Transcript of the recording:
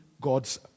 God's